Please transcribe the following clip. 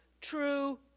true